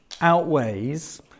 outweighs